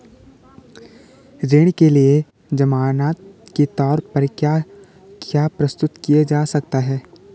ऋण के लिए ज़मानात के तोर पर क्या क्या प्रस्तुत किया जा सकता है?